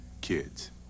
kids